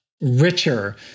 richer